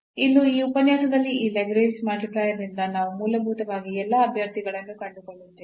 ಇಂದು ಈ ಉಪನ್ಯಾಸದಲ್ಲಿ ಈ ಲ್ಯಾಗ್ರೇಂಜ್ನ ಮಲ್ಟಿಪ್ಲೈಯರ್ Lagrange's multiplier ನಿಂದ ನಾವು ಮೂಲಭೂತವಾಗಿ ಎಲ್ಲಾ ಅಭ್ಯರ್ಥಿಗಳನ್ನು ಕಂಡುಕೊಳ್ಳುತ್ತೇವೆ